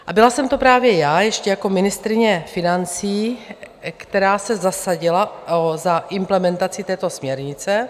A byla jsem to právě já ještě jako ministryně financí, která se zasadila o implementaci této směrnice.